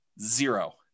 zero